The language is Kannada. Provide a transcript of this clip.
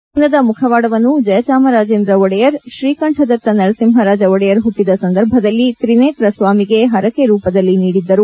ಈ ಚಿನ್ನದ ಮುಖವಾಡವನ್ನು ಜಯಚಾಮರಾಜೇಂದ್ರ ಒಡೆಯರ್ ಶ್ರೀಕಂಠದತ್ತ ನರಸಿಂಹರಾಜ ಒಡೆಯರ್ ಹುಟ್ಟಿದ ಸಂದರ್ಭದಲ್ಲಿ ತ್ರೀನೇತ್ರ ಸ್ವಾಮಿಗೆ ಹರಕೆ ರೂಪದಲ್ಲಿ ನೀಡಿದ್ದರು